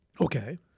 Okay